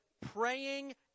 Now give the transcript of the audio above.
praying